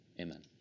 Amen